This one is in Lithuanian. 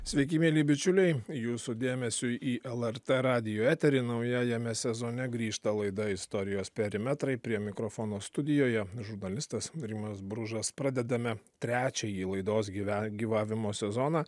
sveiki mieli bičiuliai jūsų dėmesiui į lrt radijo eterį naujajame sezone grįžta laida istorijos perimetrai prie mikrofono studijoje žurnalistas rimas bružas pradedame trečiąjį laidos gyven gyvavimo sezoną